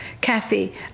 Kathy